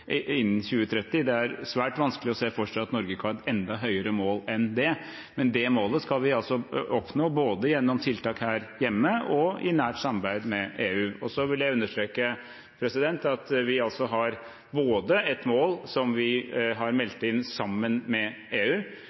innen 2030. Det er svært vanskelig å se for seg at Norge kan ha et enda høyere mål enn det, men det målet skal vi altså oppnå både gjennom tiltak her hjemme og i nært samarbeid med EU. Jeg vil understreke at vi har både et mål som vi har meldt inn sammen med EU.